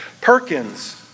Perkins